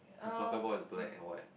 the soccer ball is black and white